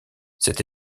cette